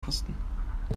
kosten